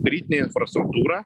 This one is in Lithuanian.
kritinę infrastruktūrą